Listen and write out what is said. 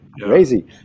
crazy